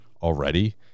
already